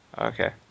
Okay